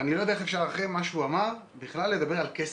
אני לא יודע איך אפשר אחרי מה שהוא אמר בכלל לדבר על כסף.